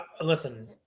listen